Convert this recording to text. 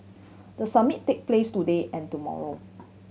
the summit take place today and tomorrow